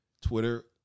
Twitter